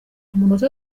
amanota